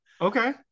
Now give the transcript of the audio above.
Okay